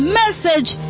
message